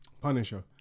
Punisher